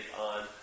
on